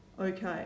Okay